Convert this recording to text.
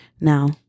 Now